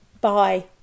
Bye